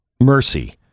Mercy